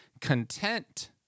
Content